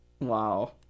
Wow